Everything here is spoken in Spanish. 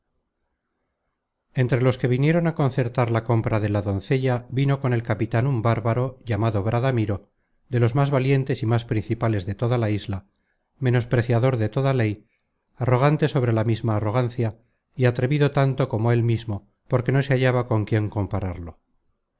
entre los que vinieron a concertar la compra de la doncella vino con el capitan un bárbaro llamado bradamiro de los más valientes y más principales de toda la isla menospreciador de toda ley arrogante sobre la misma arrogancia y atrevido tanto como el mismo porque no se hallaba con quién compararlo